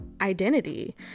identity